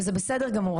וזה בסדר גמור,